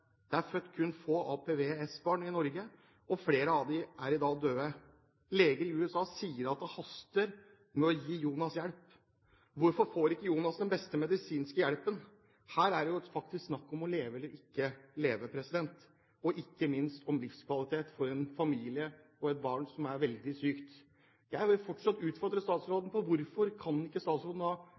er født kun få barn med APVS i Norge, og flere av dem er i dag døde. Leger i USA sier at det haster med å gi Jonas hjelp. Hvorfor får ikke Jonas den beste medisinske hjelpen? Her er det faktisk snakk om å leve eller ikke leve, og ikke minst om livskvalitet for en familie og et barn som er veldig sykt. Jeg vil fortsatt utfordre statsråden på: Hvorfor kan ikke statsråden